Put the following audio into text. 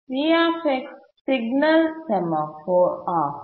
V signal semaphore ஆகும்